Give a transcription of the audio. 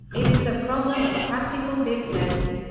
it is a problem of practical business.